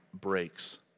breaks